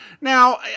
Now